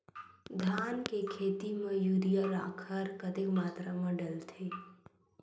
धान के खेती म यूरिया राखर कतेक मात्रा म डलथे?